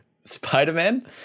Spider-Man